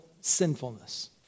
sinfulness